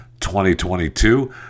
2022